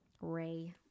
Ray